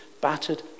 battered